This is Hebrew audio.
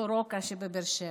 סורוקה שבבאר שבע.